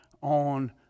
on